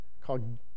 called